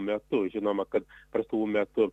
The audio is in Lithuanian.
metu žinoma kad prastovų metu